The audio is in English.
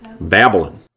Babylon